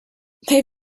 they